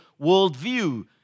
worldview